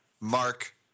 Mark